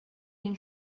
been